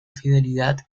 fidelidad